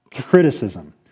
Criticism